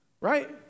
right